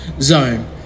zone